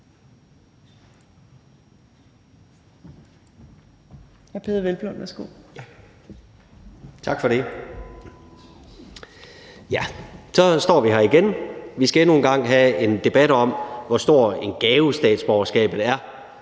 Tak for det. Ja, så står vi her igen. Vi skal endnu en gang have en debat om, hvor stor en gave borgerskabet er.